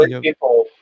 people